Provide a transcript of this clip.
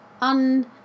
un